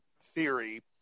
theory